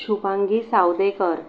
Shubhangi Savdekar